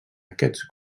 aquests